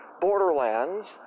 Borderlands